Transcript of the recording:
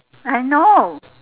I know